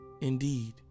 Indeed